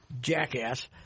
Jackass